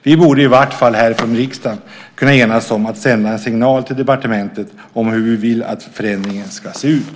Vi borde i alla fall kunna enas om här i riksdagen att sända en signal till departementet om hur vi vill att förändringen ska se ut.